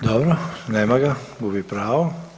Dobro, nema ga, gubi pravo.